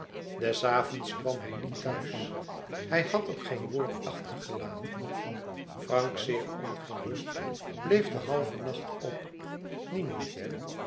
des avonds kwam hij niet thuis hij had ook geen woord achtergelaten frank zeer ongerust bleef den halven nacht op niemand